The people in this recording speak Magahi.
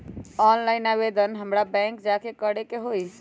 ऑनलाइन आवेदन हमरा बैंक जाके करे के होई?